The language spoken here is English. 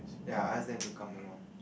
ya I ask them to come along